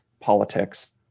politics